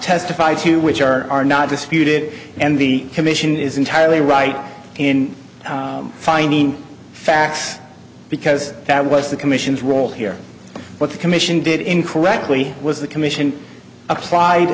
testified to which are not disputed and the commission is entirely right in finding facts because that was the commission's role here what the commission did incorrectly was the commission applied